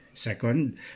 Second